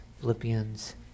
Philippians